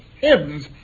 heavens